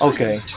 Okay